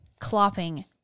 clopping